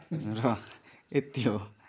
र यत्ति हो